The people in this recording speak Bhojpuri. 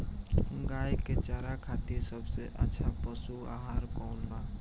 गाय के चारा खातिर सबसे अच्छा पशु आहार कौन बा?